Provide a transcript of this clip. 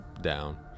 down